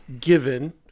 Given